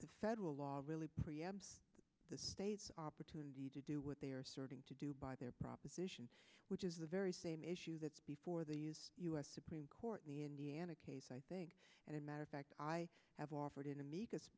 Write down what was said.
the federal law really preempt the state's opportunity to do what they are serving to do by their proposition which is the very same issue that before the u s supreme court in the indiana case i think and a matter of fact i have offered an amicus